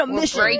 mission